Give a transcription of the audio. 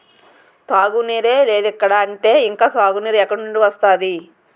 తాగునీరే లేదిక్కడ అంటే ఇంక సాగునీరు ఎక్కడినుండి వస్తది?